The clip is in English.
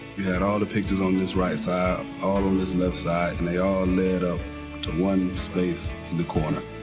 you had all the pictures on this right side, all on this left side, and they all led up to one space in the corner.